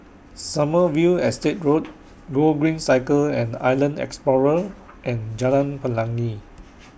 Sommerville Estate Road Gogreen Cycle and Island Explorer and Jalan Pelangi